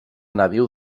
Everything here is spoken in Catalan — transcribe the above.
nadiu